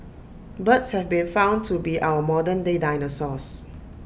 birds have been found to be our modern day dinosaurs